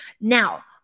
Now